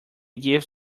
gives